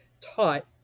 taught